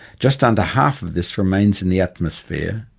just under half of this remains in the atmosphere,